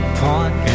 point